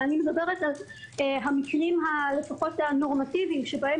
אבל אני מדברת לפחות על המקרים הנורמטיביים שבהם